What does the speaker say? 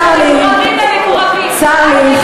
צר לי, צר לי,